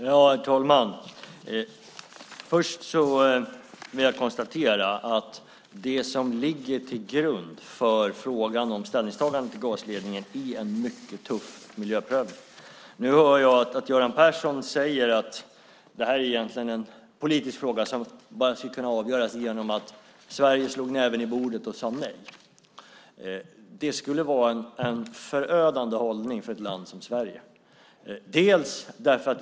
Herr talman! Först vill jag konstatera att det som ligger till grund för frågan om ställningstagande till gasledningen är en mycket tuff miljöprövning. Nu hör jag att Göran Persson säger att detta egentligen är en politisk fråga som borde kunna avgöras genom att Sverige slår näven i bordet och säger nej. Men det skulle vara en förödande hållning för ett land som Sverige.